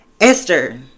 Esther